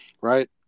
right